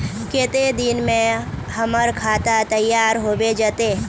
केते दिन में हमर खाता तैयार होबे जते?